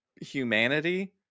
humanity